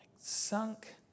Sunk